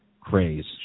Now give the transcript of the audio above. craze